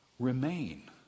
remain